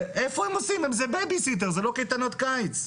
איפה הם עושים זה בייביסיטר זה לא קייטנות קיץ.